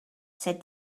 said